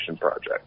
project